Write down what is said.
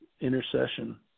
intercession